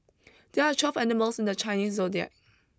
there are twelve animals in the Chinese zodiac